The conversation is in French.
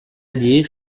dire